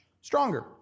stronger